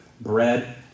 Bread